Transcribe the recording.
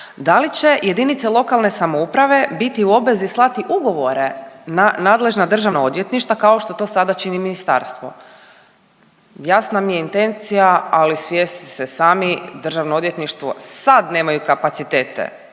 da li će jedinice lokalne samouprave biti u obvezi slati ugovore na nadležna državna odvjetništva kao što to sada čini ministarstvo. Jasna mi je intencija, ali svjesni ste sami državno odvjetništvo sad nemaju kapacitete